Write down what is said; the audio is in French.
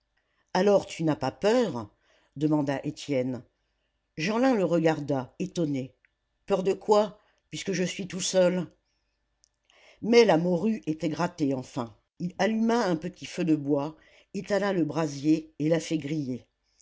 alors tu n'as pas peur demanda étienne jeanlin le regarda étonné peur de quoi puisque je suis tout seul mais la morue était grattée enfin il alluma un petit feu de bois étala le brasier et la fit griller